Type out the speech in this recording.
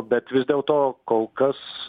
bet vis dėlto kol kas